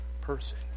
person